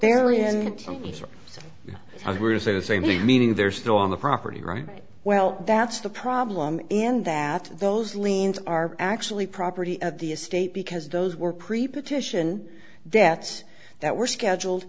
there's a meaning there's no on the property right well that's the problem in that those liens are actually property of the estate because those were preposition debts that were scheduled